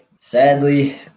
Sadly